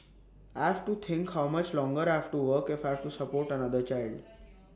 I have to think how much longer I have to work if I have to support than another child